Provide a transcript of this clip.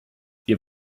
wir